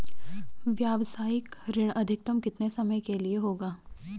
व्यावसायिक ऋण अधिकतम कितने समय के लिए होगा?